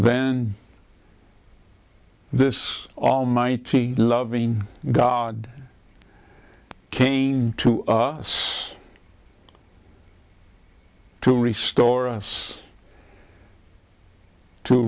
then this almighty loving god came to us to restore us to